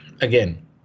again